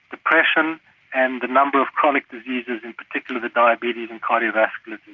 depression and the number of chronic diseases in particular the diabetes and cardiovascular